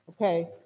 Okay